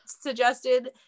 suggested